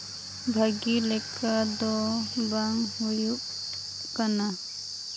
ᱵᱷᱟᱹᱜᱤ ᱞᱮᱠᱟ ᱫᱚ ᱵᱟᱝ ᱦᱩᱭᱩᱜ ᱠᱟᱱᱟ